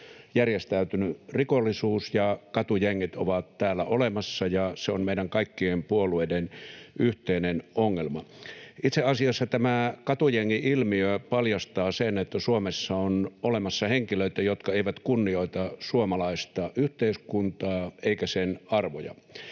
järjestäytynyt rikollisuus ja katujengit ovat täällä olemassa ja se on meidän kaikkien puolueiden yhteinen ongelma. Itse asiassa tämä katujengi-ilmiö paljastaa sen, että Suomessa on olemassa henkilöitä, jotka eivät kunnioita suomalaista yhteiskuntaa eivätkä sen arvoja,